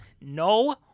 No